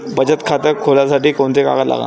बचत खात खोलासाठी कोंते कागद लागन?